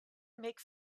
make